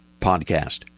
podcast